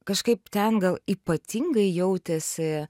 kažkaip ten gal ypatingai jautėsi